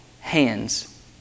hands